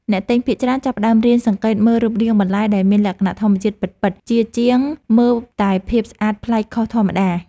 អ្នកទិញភាគច្រើនចាប់ផ្តើមរៀនសង្កេតមើលរូបរាងបន្លែដែលមានលក្ខណៈធម្មជាតិពិតៗជាជាងមើលតែភាពស្អាតប្លែកខុសធម្មតា។